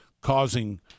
causing